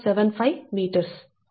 52 cm 0